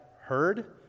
heard